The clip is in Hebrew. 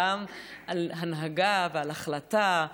על הנהגה ועל החלטה,